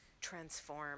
transform